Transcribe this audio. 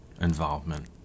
involvement